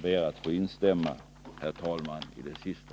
Jag ber att få instämma i det senaste.